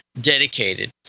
Dedicated